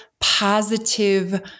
positive